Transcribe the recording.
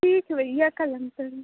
ठीक है भैया कल हम करें